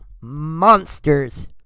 monsters